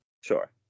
Sure